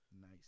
Nice